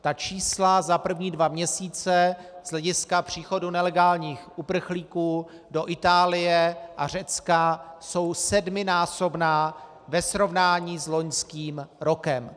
Ta čísla za první dva měsíce z hlediska příchodu nelegálních uprchlíků do Itálie a Řecka jsou sedminásobná ve srovnání s loňským rokem.